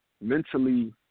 mentally